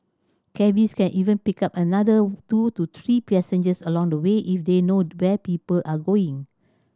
cabbies can even pick up another two to three passengers along the way if they know where people are going